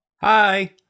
Hi